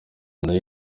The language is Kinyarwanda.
nayo